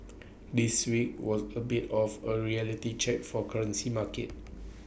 this week was A bit of A reality check for currency markets